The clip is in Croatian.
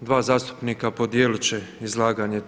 Dva zastupnika podijelit će izlaganje.